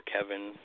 Kevin